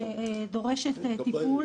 24. אני בכל זאת רוצה להעלות נקודה שדורשת טיפול,